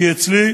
כי אצלי,